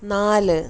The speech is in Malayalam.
നാല്